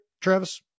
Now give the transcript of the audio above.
Travis